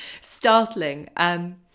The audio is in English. startling